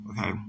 okay